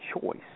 choice